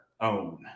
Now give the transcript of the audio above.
own